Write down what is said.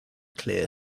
clear